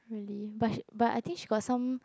really but but I think she got some